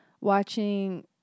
watching